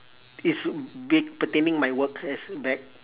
is be~ pertaining my work as back